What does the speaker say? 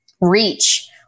reach